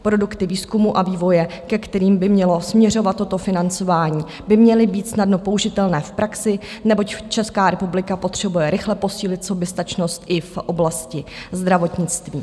Produkty výzkumu a vývoje, ke kterým by mělo směřovat toto financování, by měly být snadno použitelné v praxi, neboť Česká republika potřebuje rychle posílit soběstačnost i v oblasti zdravotnictví.